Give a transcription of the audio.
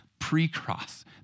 pre-cross